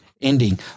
ending